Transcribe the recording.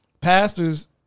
Pastors